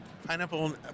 Pineapple